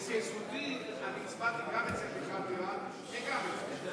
בזריזותי הצבעתי גם אצל מיכל בירן וגם אצלי,